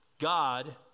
God